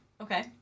Okay